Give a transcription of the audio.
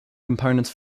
components